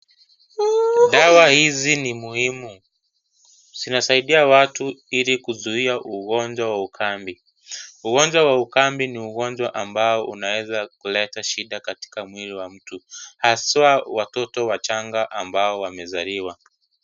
Dawa hizi ni muhimu. Zinasaidia watu, ili kuzuia ugonjwa wa ukambi. Ugonjwa wa ukambi ni ugonjwa ambao unaweza kuleta shida katika mwili wa mtu, haswa watoto wachanga, ambao wamezaliwa.